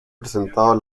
presentado